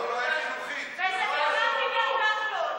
מחינוך לא יצא מזה כלום.